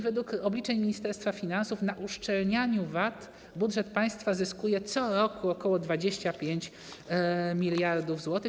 Według obliczeń Ministerstwa Finansów na uszczelnianiu VAT budżet państwa zyskuje co roku ok. 25 mld zł.